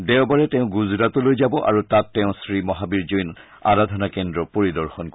দেওবাৰে তেওঁ গুজৰাটলৈ যাব আৰু তাত তেওঁ শ্ৰী মহাবীৰ জৈন আৰাধনা কেন্দ্ৰ পৰিদৰ্শন কৰিব